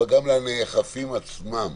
אבל גם לנאכפים עצמם.